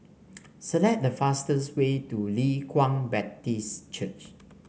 select the fastest way to Leng Kwang Baptist Church